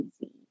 easy